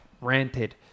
ranted